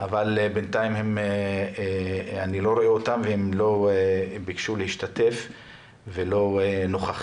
אבל בינתיים אני לא רואה אותם בזום והם לא ביקשו להשתתף ולא נוכחים.